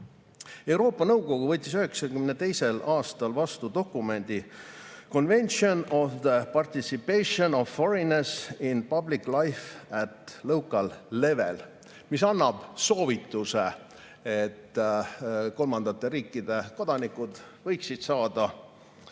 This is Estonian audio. Euroopa Nõukogu võttis 1992. aastal vastu dokumendi "Convention on the Participation of Foreigners in Public Life at Local Level", mis annab soovituse, et alalised elanikud, kes on kolmandate riikide kodanikud, võiksid saada